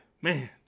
man